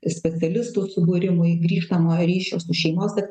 specialistų subūrimui grįžtamojo ryšio su šeimos